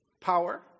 power